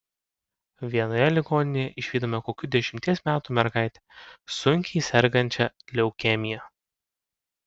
vienoje ligoninėje išvydome kokių dešimties metų mergaitę sunkiai sergančią leukemija